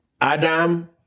Adam